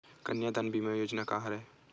कन्यादान बीमा योजना का हरय?